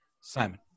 Simon